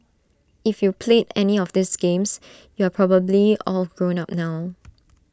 if you played any of these games you are probably all grown up now